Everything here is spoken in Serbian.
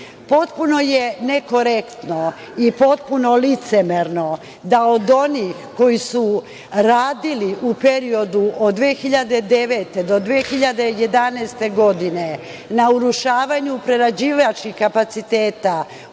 štapa. Potpuno je nekorektno i potpuno licemerno da od onih koji su radili u periodu od 2009. do 2011. godine na urušavanju prerađivačkih kapaciteta